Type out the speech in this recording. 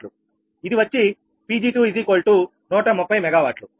ఇది ఇది వచ్చి 𝑃𝑔2130 MW